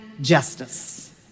justice